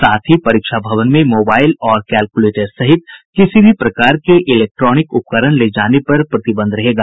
साथ ही परीक्षा भवन में मोबाईल और कैलकुलेटर सहित किसी भी प्रकार के इलेक्ट्रॉनिक उपकरण ले जाने पर प्रतिबंध रहेगा